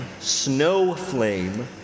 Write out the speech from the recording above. Snowflame